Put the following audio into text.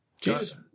Jesus